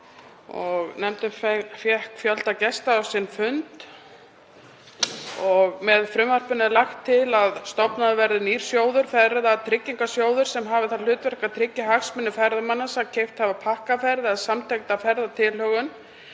Nefndin fékk fjölda gesta á sinn fund. Með frumvarpinu er lagt til að stofnaður verði nýr sjóður, Ferðatryggingasjóður, sem hafi það hlutverk að tryggja hagsmuni ferðamanna sem keypt hafa pakkaferð eða samtengda ferðatilhögun